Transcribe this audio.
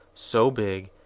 so big,